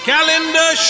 Calendar